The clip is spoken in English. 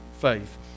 faith